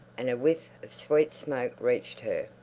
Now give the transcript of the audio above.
and a whiff of sweet smoke reached her.